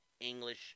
English